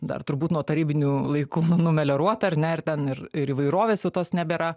dar turbūt nuo tarybinių laikų numelioruota ar ne ir ten ir ir įvairovės jau tos nebėra